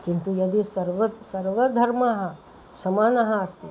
किन्तु यदि सर्वे सर्वधर्मः समानः अस्ति